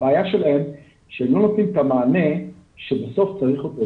הבעיה שלהם שהם לא נותנים את המענה שבסוף צריך אותו.